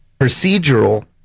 procedural